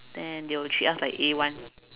then they will treat us like A one